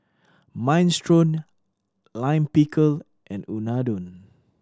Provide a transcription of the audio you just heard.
Minestrone Lime Pickle and Unadon